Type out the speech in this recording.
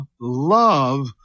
love